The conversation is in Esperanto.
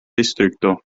distrikto